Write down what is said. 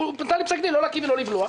הוא נתן לי פסק דין לא להקיא ולא לבלוע,